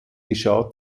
geschah